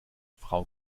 frau